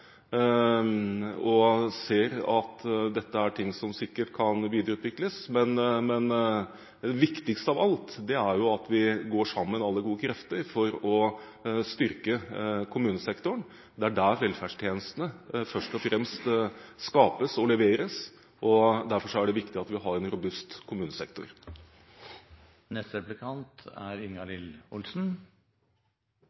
vi ser at dette er ting som sikkert kan videreutvikles. Men det viktigste av alt er jo at alle gode krefter går sammen for å styrke kommunesektoren. Det er der velferdstjenestene først og fremst skapes og leveres, og derfor er det viktig at vi har en robust